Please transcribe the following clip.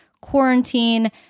quarantine